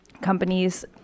companies